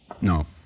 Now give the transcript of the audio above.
No